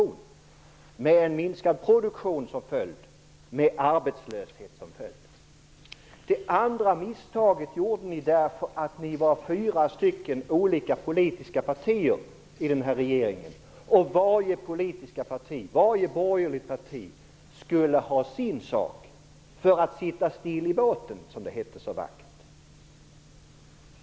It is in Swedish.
Följden av detta blev minskad produktion, och härigenom uppstod arbetslöshet. Det andra misstag som ni gjorde berodde på att ni var fyra politiska partier i regeringen. Varje borgerligt parti hade sitt pris för att sitta still i båten, som det så vackert heter.